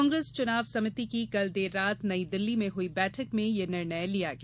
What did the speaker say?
कांग्रेस चुनाव समिति की कल देर रात नईदिल्ली में हुई बैठक में यह निर्णय लिया गया